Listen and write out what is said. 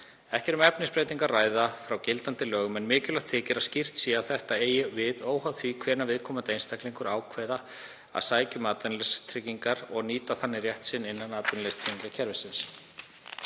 Ekki er um efnisbreytingu að ræða frá gildandi lögum en mikilvægt þykir að skýrt sé að þetta eigi við óháð því hvenær viðkomandi einstaklingar ákveða að sækja um atvinnuleysistryggingar og nýta þannig rétt sinn innan atvinnuleysistryggingakerfisins.